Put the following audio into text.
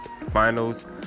finals